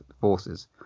forces